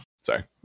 Sorry